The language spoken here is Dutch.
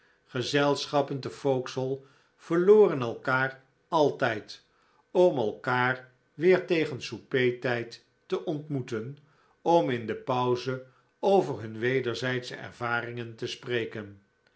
zelschappen te vauxhall verloren elkaar altijd om elkaar weer tegen souper tijd te ontmoeten om in de pauze over hun wederzijdsche ervaringen te spreken